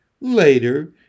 Later